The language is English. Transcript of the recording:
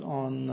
on